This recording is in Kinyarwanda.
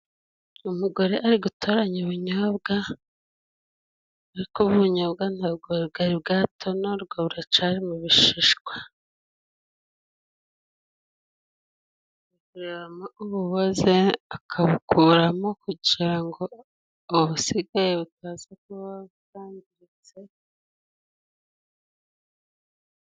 Umugore ari gutoranya ubunyobwa ariko ubu bunyobwa nta bwo bwari bwatoranywa buracari mu bishishwa. Ari kurebamo ububoze akabukuramo, kugira ngo ubusigaye baze kuba babwanitse.